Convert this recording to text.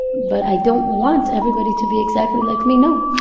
but i don't want everybody to be exactly like me, no.